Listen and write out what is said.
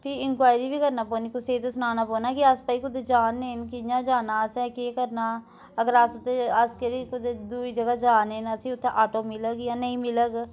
फ्ही इंक्वारी बी करनी पौनी कुसै गी ते सनाना पौना कि अस भाई कुदै जा दे न कि कियां जाना असें केह् करना अगर अस उत्थें अस केह्ड़े कुदै दुई जगह् जा न असे उत्थें आटो मिलग जां नेईं मिलग